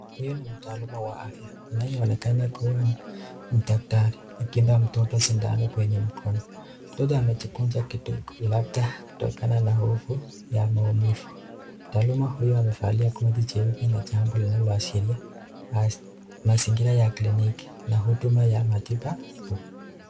Huyu ni mtaalamu wa afya anayeonekana kuwa ni daktari akimpa mtoto sindano kwenye mkono. Mtoto amejikunja kituko labda kutokana na hofu ya maumivu. Mtaalamu huyu amevalia koti jeupe jambo linalo ashiria mazingira ya kliniki na huduma ya matibabu.